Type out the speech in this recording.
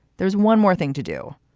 there's one more thing to do.